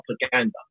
propaganda